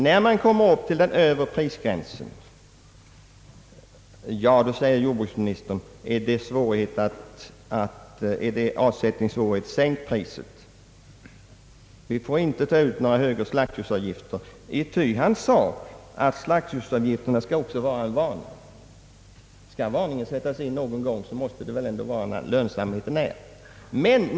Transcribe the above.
När vi kommer upp till den övre prisgränsen, säger jordbruksministern, om det blir avsättningssvårigheter, sänk priset. Ni får inte ta ut några högre slaktdjursavgifter. Slaktdjursavgifterna skulle ändå enligt hans mening också vara en varning. Men om varningen någon gång skall sättas in måste det väl ändå vara när lönsamheten är störst och produktionen ökar.